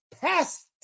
past